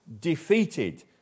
defeated